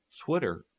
Twitter